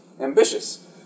ambitious